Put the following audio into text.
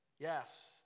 Yes